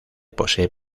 posee